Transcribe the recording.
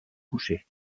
couché